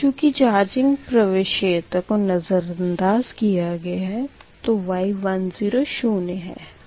चूँकि चार्जिंग प्रवेश्यता को नज़रंदाज़ किया गया है तो y10 शून्य है